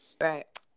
right